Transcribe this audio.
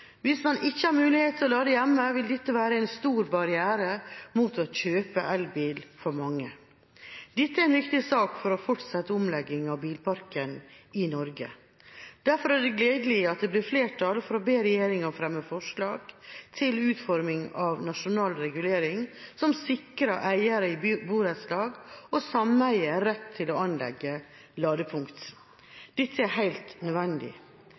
Hvis man ikke har mulighet til å lade hjemme, vil dette være en stor barriere mot å kjøpe elbil for mange. Dette er en viktig sak for fortsatt omlegging av bilparken i Norge. Derfor er det gledelig at det blir flertall for å be regjeringa fremme forslag til utforming av nasjonal regulering som sikrer eiere i borettslag og sameier rett til å anlegge ladepunkt. Dette er helt nødvendig.